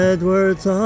Edward's